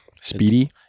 speedy